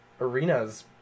arenas